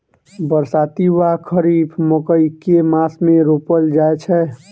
बरसाती वा खरीफ मकई केँ मास मे रोपल जाय छैय?